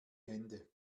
hände